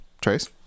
trace